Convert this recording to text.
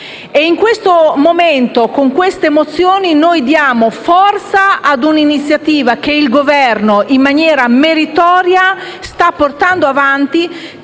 In questo momento, con le mozioni in esame, diamo forza ad un'iniziativa che il Governo, in maniera meritoria, sta portando avanti,